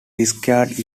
discarded